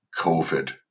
COVID